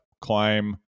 climb